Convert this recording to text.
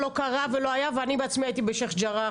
לא קרה ולא היה ואני בעצמי הייתי בשייח ג'ארח,